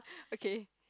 okay